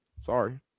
Sorry